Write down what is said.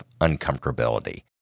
uncomfortability